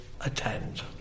attend